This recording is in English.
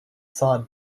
saw